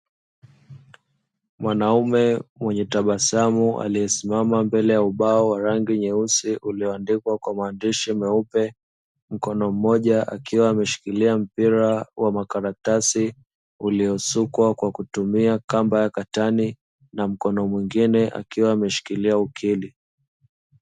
Mwanaume mwenye tabasamu aliyesimama mbele ya ubao wa rangi nyeusi ulio andikwa kwa maandishi meupe, mkono mmoja akiwa ameshikilia mpira wa makaratasi uliosukwa kwa kutumia katani; na mkono mwingine akiwa ameshikilia ukili.